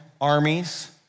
armies